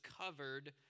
covered